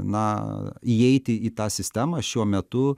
na įeiti į tą sistemą šiuo metu